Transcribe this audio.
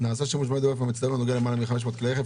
"נעשה שימוש במידע האופן מצטבר בנוגע למעל 500 כלי רכב".